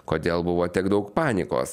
kodėl buvo tiek daug panikos